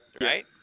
Right